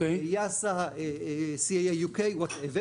מ-CAA UK וכולי.